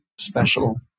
Special